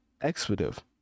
expletive